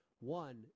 one